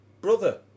Brother